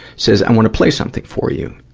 says, i wanna play something for you.